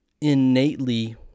innately